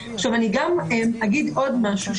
אני אגיד עוד משהו,